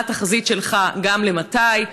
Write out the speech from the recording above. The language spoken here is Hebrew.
ומה התחזית שלך גם למתי?